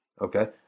okay